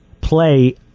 play